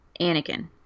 anakin